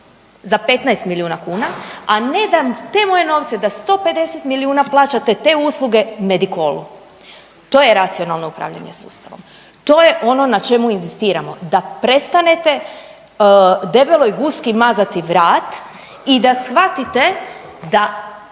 za 15 milijuna kuna, a ne da te moje novce da 150 milijuna plaćate te usluge Medikolu. To je racionalno upravljanje sustavom. To je ono na čemu inzistiramo, da prestanete debeloj guski mazati vrat i da shvatite da